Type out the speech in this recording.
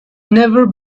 never